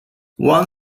one